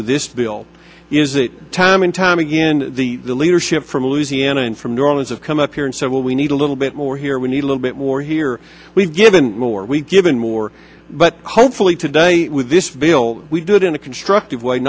with this bill is it time and time again the leadership from louisiana and from drones have come up here and said well we need a little bit more here we need a little bit more here we've given more we given more but hopefully today with this bill we do it in a constructive way